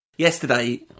Yesterday